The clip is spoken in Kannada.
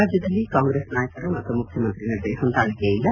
ರಾಜ್ಲದಲ್ಲಿ ಕಾಂಗ್ರೆಸ್ ನಾಯಕರು ಮತ್ತು ಮುಖ್ಯಮಂತ್ರಿ ನಡುವೆ ಹೊಂದಾಣಿಕೆ ಇಲ್ಲ